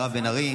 ברוך הבא.